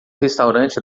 restaurante